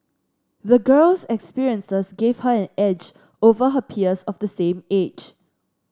the girl's experiences gave her an edge over her peers of the same age